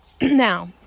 Now